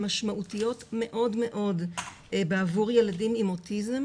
המשמעותיות מאוד בעבור ילדים עם אוטיזם